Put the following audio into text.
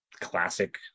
classic